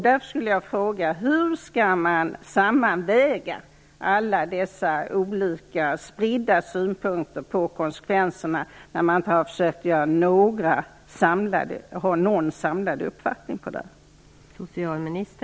Därför vill jag fråga: Hur skall man kunna sammanväga alla de spridda synpunkterna på konsekvenserna utan att ha försökt få en samlad uppfattning i detta sammanhang?